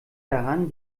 daran